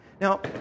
Now